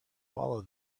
follow